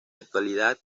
actualidad